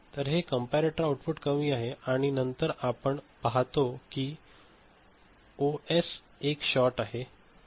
तर हे comparator output कमी आहे आणि नंतर आपण पाहतो कि ओएस एक शॉट आहे